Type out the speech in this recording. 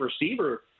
receiver